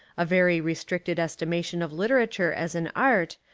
a very restricted esti mation of literature as an art,